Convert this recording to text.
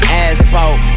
asphalt